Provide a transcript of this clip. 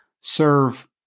serve